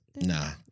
Nah